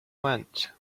went